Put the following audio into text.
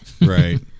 Right